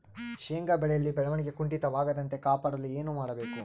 ಶೇಂಗಾ ಬೆಳೆಯಲ್ಲಿ ಬೆಳವಣಿಗೆ ಕುಂಠಿತವಾಗದಂತೆ ಕಾಪಾಡಲು ಏನು ಮಾಡಬೇಕು?